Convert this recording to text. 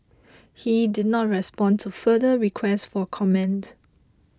he did not respond to further requests for comment